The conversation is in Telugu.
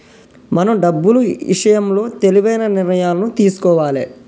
మనం డబ్బులు ఇషయంలో తెలివైన నిర్ణయాలను తీసుకోవాలే